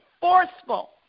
forceful